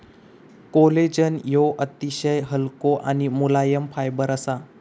collagen ह्यो अतिशय हलको आणि मुलायम फायबर असा